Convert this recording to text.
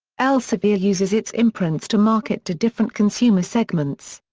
elsevier uses its imprints to market to different consumer segments.